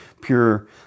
pure